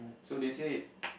so they said